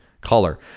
color